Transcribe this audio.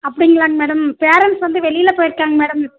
அப்படிங்களாங்க madam parents வந்து வெளியில போயிருக்காங்க மேடம்